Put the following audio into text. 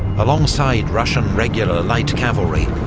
alongside russian regular light cavalry,